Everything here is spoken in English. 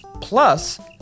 Plus